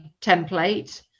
template